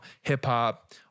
hip-hop